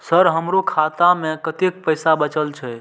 Sir हमरो खाता में कतेक पैसा बचल छे?